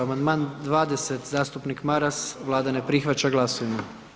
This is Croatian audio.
Amandman 20, zastupnik Maras, Vlada ne prihvaća, glasujmo.